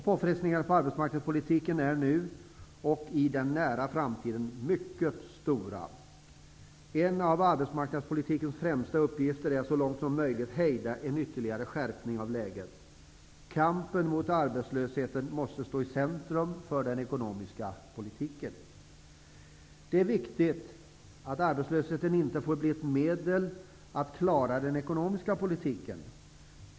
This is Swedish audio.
Påfrestningarna på arbetsmarknadspolitiken är nu och i den nära framtiden mycket stora. En av arbetsmarknadspolitikens främsta uppgifter är att så långt som möjligt hejda en ytterligare skärpning av läget. Kampen mot arbetslösheten måste stå i centrum för den ekonomiska politiken. Det är viktigt att arbetslösheten inte blir ett medel för att klara den ekonomiska politiken.